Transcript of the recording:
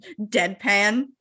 deadpan